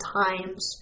times